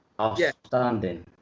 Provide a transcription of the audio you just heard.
outstanding